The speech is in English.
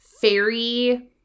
fairy